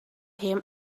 him